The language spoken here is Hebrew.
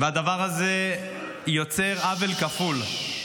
הדבר הזה יוצר עוול כפול: